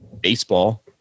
baseball